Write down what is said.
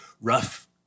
rough